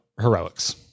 heroics